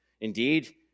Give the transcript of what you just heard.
indeed